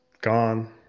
Gone